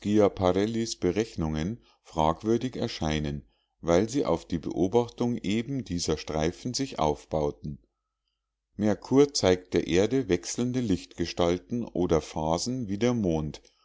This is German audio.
schiaparellis berechnungen fragwürdig erscheinen weil sie auf die beobachtung eben dieser streifen sich aufbauten merkur zeigt der erde wechselnde lichtgestalten oder phasen wie der mond